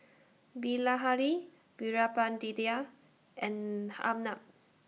Bilahari Veerapandiya and Arnab